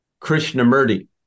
Krishnamurti